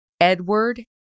Edward